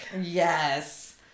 Yes